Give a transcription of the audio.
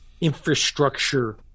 infrastructure